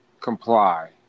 comply